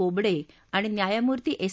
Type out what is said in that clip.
बोबडझिाणि न्यायमूर्ती एस